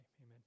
amen